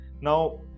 Now